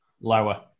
Lower